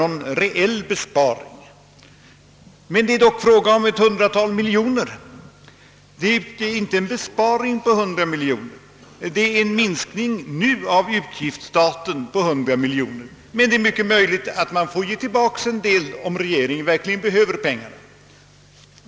Vi inom högerpartiet är klart medvetna om att vårt förslag inte leder till någon reell besparing. Det är en minskning nu av utgiftsstaten med 100 miljoner — men det är mycket möjligt att man får ge tillbaka en del om regeringen verkligen behöver pengarna.